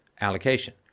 allocation